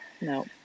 No